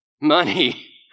Money